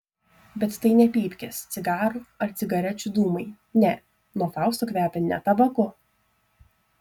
bet tai ne pypkės cigarų ar cigarečių dūmai ne nuo fausto kvepia ne tabaku